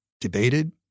debated